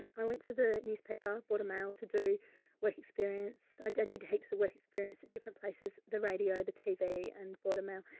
i went to the newspaper, border mail to do work experience. i did heaps of work experience at different places, the radio, the tv, and border mail.